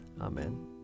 Amen